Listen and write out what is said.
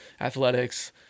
athletics